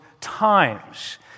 times